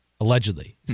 Allegedly